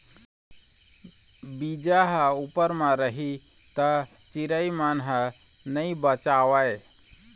बीजा ह उप्पर म रही त चिरई मन ह नइ बचावय